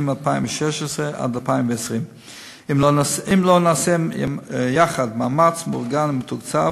2016 2020. אם לא נעשה יחד מאמץ מאורגן ומתוקצב,